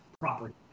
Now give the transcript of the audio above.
property